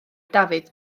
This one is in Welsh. dafydd